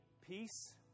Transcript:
peace